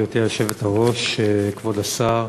גברתי היושבת-ראש, כבוד השר,